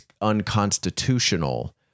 unconstitutional